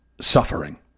suffering